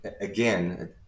again